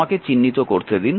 আমাকে চিহ্নিত করতে দিন